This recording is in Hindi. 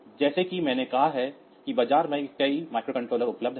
जैसा कि मैंने कहा है कि बाजार में कई माइक्रोकंट्रोलर उपलब्ध हैं